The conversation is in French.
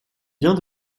vient